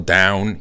down